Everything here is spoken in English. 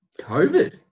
COVID